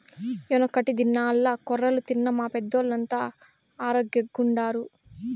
యెనకటి దినాల్ల కొర్రలు తిన్న మా పెద్దోల్లంతా ఆరోగ్గెంగుండారు